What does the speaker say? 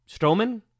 Strowman